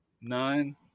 Nine